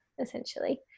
essentially